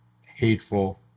hateful